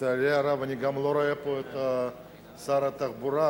לצערי הרב, אני גם לא רואה פה את שר התחבורה.